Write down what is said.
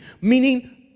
meaning